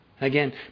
Again